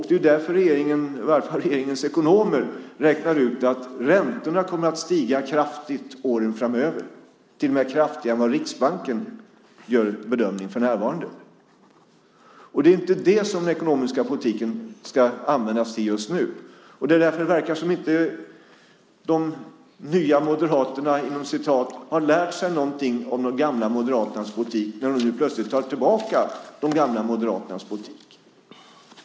Det är därför i varje fall regeringens ekonomer räknat ut att räntorna kommer att stiga kraftigt åren framöver. De kommer till och med att stiga kraftigare än i den bedömning som Riksbanken gör för närvarande. Det är inte vad den ekonomiska politiken ska användas till just nu. Det verkar inte som om de "nya moderaterna" här lärt sig någonting av de gamla moderaternas politik när de nu plötsligt tar tillbaka de gamla moderaternas politik.